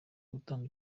gutanga